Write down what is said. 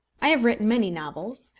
i have written many novels,